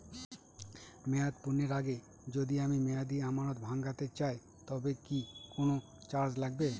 মেয়াদ পূর্ণের আগে যদি আমি মেয়াদি আমানত ভাঙাতে চাই তবে কি কোন চার্জ লাগবে?